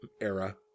era